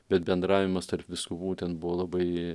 bet bendravimas tarp vyskupų ten buvo labai